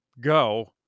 go